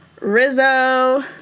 Rizzo